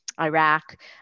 Iraq